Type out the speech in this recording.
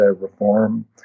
reform